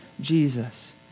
Jesus